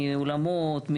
מאולמות,